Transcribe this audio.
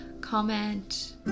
comment